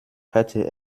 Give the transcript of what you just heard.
hätte